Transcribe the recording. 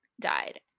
died